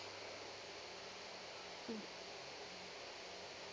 mm